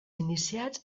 iniciats